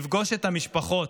לפגוש את המשפחות,